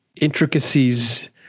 intricacies